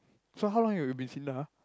so how long you have been in Sinda ah